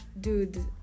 dude